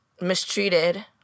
mistreated